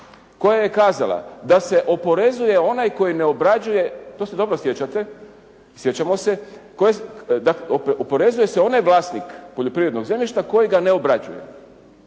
koja je kazala da se oporezuje onaj koji ne obrađuje, to se dobro sjećate, sjećamo se, oporezuje se onaj vlasnik poljoprivrednog zemljišta koji ga ne obrađuje.